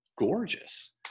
gorgeous